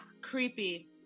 creepy